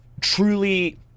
truly